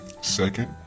Second